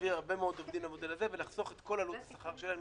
להעביר הרבה מאוד עובדים למודל הזה ולחסוך את כל עלויות השכר שלהם,